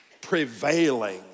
prevailing